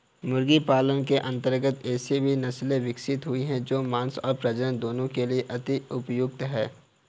मुर्गी पालन के अंतर्गत ऐसी भी नसले विकसित हुई हैं जो मांस और प्रजनन दोनों के लिए अति उपयुक्त हैं